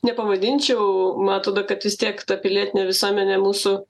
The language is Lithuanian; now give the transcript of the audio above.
nepavadinčiau man atrodo kad vis tiek ta pilietinė visuomenė mūsų